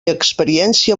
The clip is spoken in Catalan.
experiència